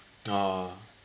oh